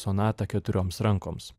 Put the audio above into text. sonatą keturioms rankoms